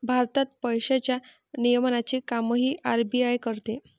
भारतात पैशांच्या नियमनाचे कामही आर.बी.आय करते